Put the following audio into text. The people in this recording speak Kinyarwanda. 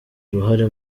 uruhare